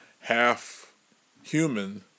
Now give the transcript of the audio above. half-human